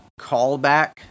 callback